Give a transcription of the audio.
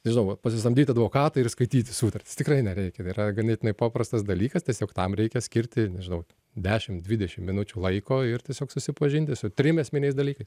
žinoma pasisamdyt advokatą ir skaityti sutartis tikrai nereikia yra ganėtinai paprastas dalykas tiesiog tam reikia skirti nežinau dešim dvidešim minučių laiko ir tiesiog susipažinti su trim esminiais dalykai